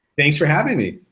thanks for having me.